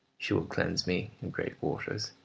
she will cleanse me in great waters,